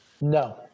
No